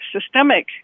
systemic